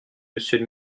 monsieur